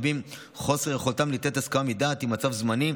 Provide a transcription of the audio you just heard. חוסר יכולתם ליתן הסכמה מדעת הוא מצב זמני,